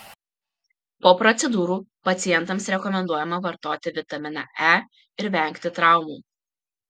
po procedūrų pacientams rekomenduojama vartoti vitaminą e ir vengti traumų